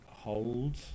Hold